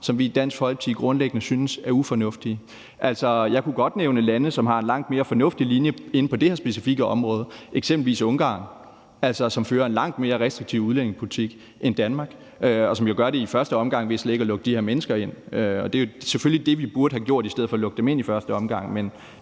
som vi i Dansk Folkeparti grundlæggende synes er ufornuftige? Altså, jeg kunne godt nævne lande, som har en langt mere fornuftig linje på det her specifikke område, eksempelvis Ungarn, som fører en langt mere restriktiv udlændingepolitik end Danmark, og som jo i første omgang gør det ved slet ikke at lukke de her mennesker ind. Det er selvfølgelig det, vi burde have gjort i stedet for at lukke dem ind i første omgang.